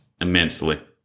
immensely